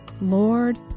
Lord